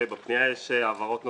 בפנייה יש העברות נוספות,